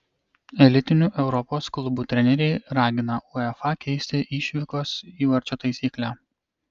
elitinių europos klubų treneriai ragina uefa keisti išvykos įvarčio taisyklę